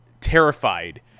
terrified